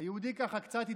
היהודי ככה קצת התבלבל,